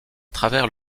travers